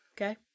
okay